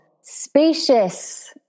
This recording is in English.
spacious